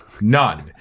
None